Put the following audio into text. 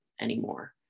anymore